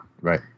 Right